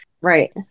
Right